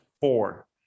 Four